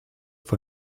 for